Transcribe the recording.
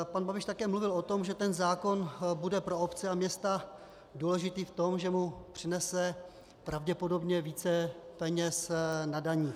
Pan Babiš také mluvil o tom, že ten zákon bude pro obce a města důležitý v tom, že mu přinese pravděpodobně více peněz na daních.